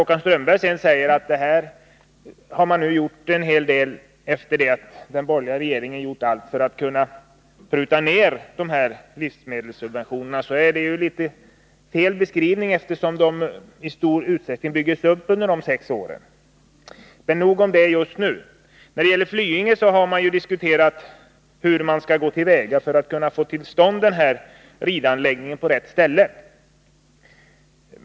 Håkan Strömberg säger att man har gjort en hel del efter det att den borgerliga regeringen gjort allt för att pruta ner livsmedelssubventionerna. Det är en felaktig beskrivning, för de byggdes upp i stor utsträckning under de sex borgerliga regeringsåren. Men nog om detta just nu. När det gäller ridanläggning vid Flyinge har det diskuterats hur man skall gå till väga för att få ridanläggningen på rätt ställe.